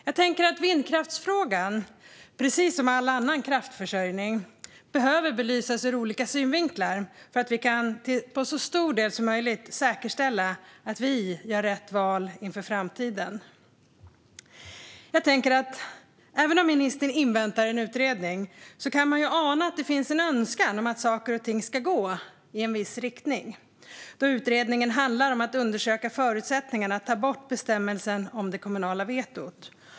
Jag tänker att frågan om vindkraft, precis som all annan kraftförsörjning, behöver belysas ur olika synvinklar för att vi till så stor del som möjligt ska kunna säkerställa att vi gör rätt val inför framtiden. Även om ministern inväntar en utredning kan man ju ana att det finns en önskan om att saker och ting ska gå i en viss riktning då utredningen handlar om att undersöka förutsättningarna för att ta bort bestämmelsen om det kommunala vetot.